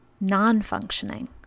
non-functioning